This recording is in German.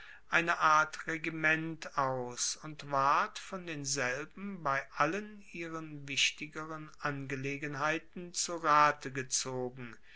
eine art regiment aus und ward von denselben bei allen ihren wichtigeren angelegenheiten zu rate gezogen